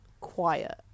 quiet